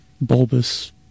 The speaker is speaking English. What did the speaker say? bulbous